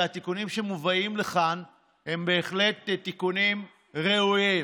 והתיקונים שמובאים לכאן הם בהחלט תיקונים ראויים.